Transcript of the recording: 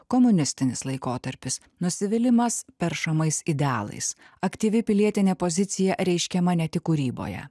komunistinis laikotarpis nusivylimas peršamais idealais aktyvi pilietinė pozicija reiškiama ne tik kūryboje